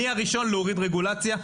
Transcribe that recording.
אני הראשון להוריד רגולציה.